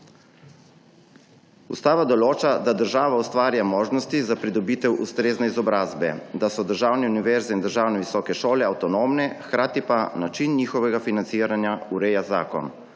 Ustava določa, da država ustvarja možnosti za pridobitev ustrezne izobrazbe, da so državne univerze in državne visoke šole avtonomne, hkrati pa način njihovega financiranja ureja zakon.